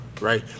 Right